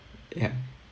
ya